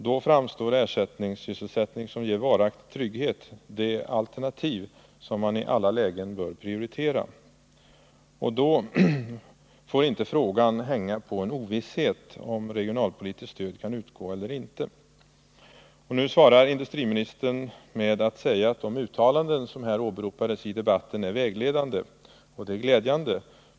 Då framstår någon ersättningssysselsättning som ger varaktig trygghet som det alternativ man i alla lägen bör prioritera, och då får inte frågan hänga på en ovisshet om huruvida regionalpolitiskt stöd kan utgå eller inte. Nu svarar industriministern med att säga att de uttalanden som här åberopats i debatten är vägledande. Detta är glädjande.